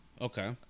Okay